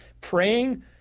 praying